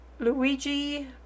Luigi